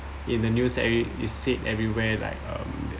in the news that it said everywhere like um